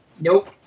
nope